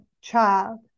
child